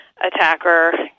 attacker